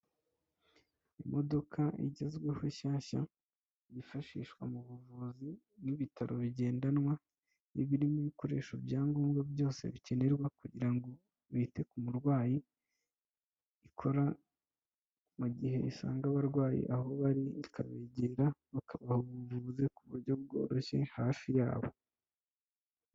Imodoka igezweho shyashya yifashishwa mu buvuzi n'ibitaro bigendanwa n'ibiririmo ibikoresho bya ngombwa byose bikenerwa kugira ngo bite ku murwayi, ikora mu gihe isanga abarwayi aho bari ikabegera bakabavura ku buryo bworoshye hafi yabo.